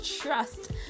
trust